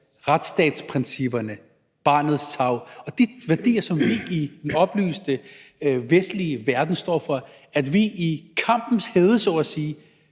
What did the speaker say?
retsstatsprincipperne og barnets tarv; de værdier, som vi i den oplyste vestlige verden står for – ved ikke at tage